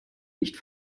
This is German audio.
nicht